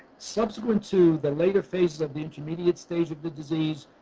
subsequent to the later phases of the intermediate stage of the disease.